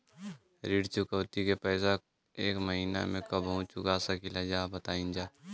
ऋण चुकौती के पैसा एक महिना मे कबहू चुका सकीला जा बताईन जा?